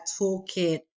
toolkit